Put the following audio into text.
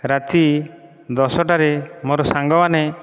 ରାତି ଦଶଟାରେ ମୋର ସାଙ୍ଗମାନେ